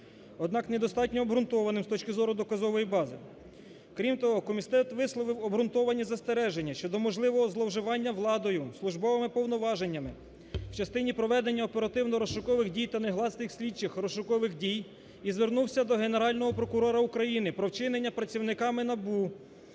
однак недостатньо обґрунтованим з точки зору доказової бази. Крім того, комітет висловив обґрунтовані застереження щодо можливого зловживання владою, службовими повноваженнями в частині проведення оперативно-розшукових дій та негласних слідчих розшукових дій, і звернувся до Генерального прокурора України про вчинення працівниками НАБУ